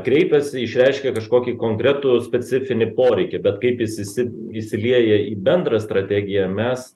kreipiasi išreiškia kažkokį konkretų specifinį poreikį bet kaip jis isi įsilieja į bendrą strategiją mes